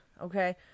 Okay